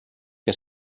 que